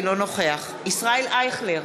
אינו נוכח ישראל אייכלר,